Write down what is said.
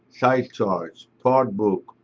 size charts, part book,